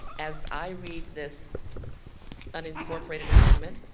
as i read this unincorporated amendment,